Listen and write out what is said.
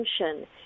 attention